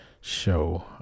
show